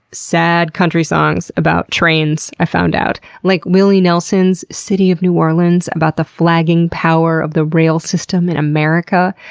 sad country songs about trains i found out. like willie nelson's city of new orleans about the flagging power of the rail system in america.